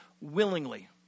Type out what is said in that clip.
willingly